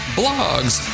blogs